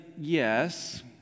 yes